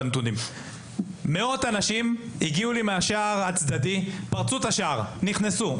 מאות אנשים הגיעו מהשער הצדדי ופרצו את השער ונכנסו.